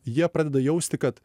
jie pradeda jausti kad